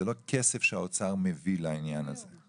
זה לא כסף שהאוצר מביא לעניין הזה.